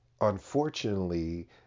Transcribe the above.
unfortunately